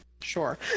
Sure